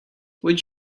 would